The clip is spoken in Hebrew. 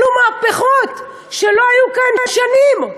אלו מהפכות שלא היו כאן שנים.